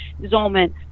Zolman